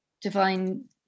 Divine